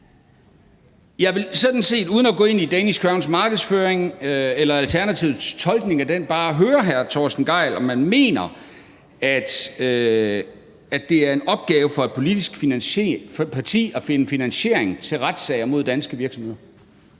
Jeg vil sådan set uden at gå ind i Danish Crowns markedsføring eller Alternativets tolkning af den bare høre hr. Torsten Gejl, om man mener, at det er en opgave for et politisk parti at finde finansiering til retssager mod danske virksomheder.